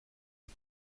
are